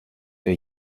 der